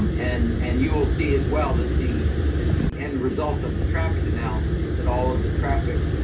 and and you will see as well that the that the end result of the traffic analysis is that all of the traffic,